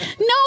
no